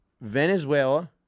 Venezuela